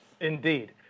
indeed